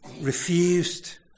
refused